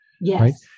yes